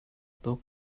tuk